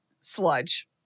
sludge